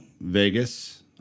vegas